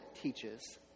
teaches